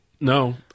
No